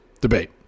debate